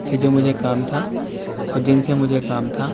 پھر جو مجھے کام تھا اور جن سے مجھے کام تھا